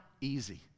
easy